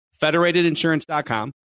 Federatedinsurance.com